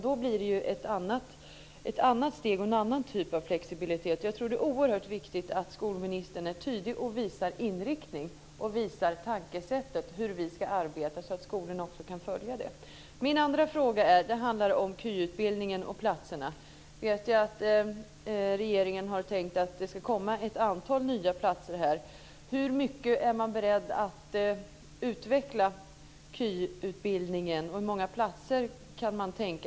Då blir det ett annat steg, en annan typ av flexibilitet. Jag tror att det är oerhört viktigt att skolministern är tydlig och visar inriktningen och tankesättet när det gäller hur vi ska arbeta så att skolorna också kan följa det här. Min andra fråga handlar om KY och platserna. Jag vet att regeringen har tänkt att det ska komma ett antal nya platser. Hur mycket är man beredd att utveckla KY och hur många platser kan man tänka sig?